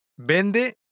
vende